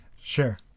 Sure